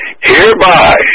Hereby